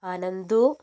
Ananthu